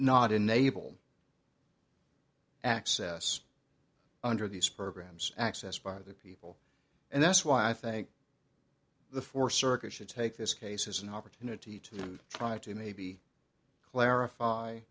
not enable access under these programs accessed by the people and that's why i think the four circuit should take this case as an opportunity to try to maybe clarify